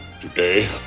Today